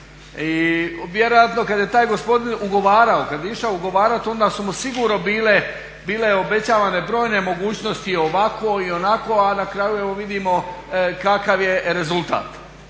I vjerojatno kad je taj gospodin ugovarao, kad je išao ugovarati onda su mu sigurno bile obećavane brojne mogućnosti ovako i onako, a na kraju evo vidimo kakav je rezultat.